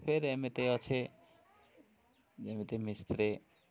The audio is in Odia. ଫେର୍ ଏମିତି ଅଛି ଯେମିତି ମିସ୍ତ୍ରୀ